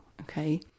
okay